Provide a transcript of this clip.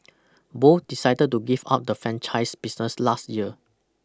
both decided to give up the franchise business last year